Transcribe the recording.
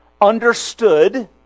understood